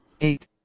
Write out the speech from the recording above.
Eight